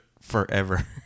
forever